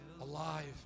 alive